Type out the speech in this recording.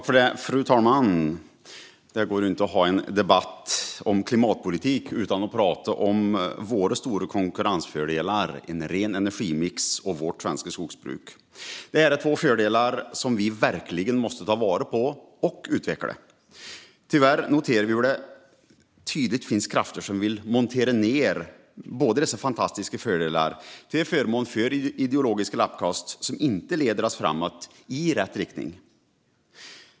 Fru talman! Det går inte att ha en debatt om klimatpolitik utan att prata om Sveriges stora konkurrensfördelar, som är den rena energimixen och skogsbruket. Det är två fördelar som man verkligen måste ta vara på och utveckla. Tyvärr noterar vi hur det tydligt finns krafter som vill montera ned båda dessa fantastiska fördelar till förmån för ideologiska lappkast som inte leder oss framåt i rätt riktning.